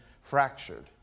fractured